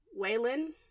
Waylon